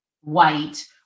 white